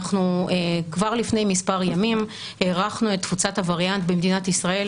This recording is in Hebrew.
כבר לפני מספר ימים הערכנו את תפוצת הווריאנט במדינת ישראל